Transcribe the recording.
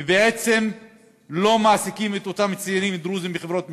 ובעצם לא מעסיקים את אותם צעירים דרוזים בחברות ממשלתיות.